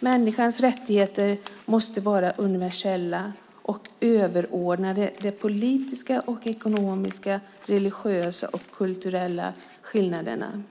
Människans rättigheter måste vara universella och överordnade de politiska, ekonomiska, religiösa och kulturella skillnaderna.